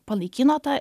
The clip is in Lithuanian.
panaikino tą